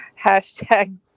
Hashtag